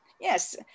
yes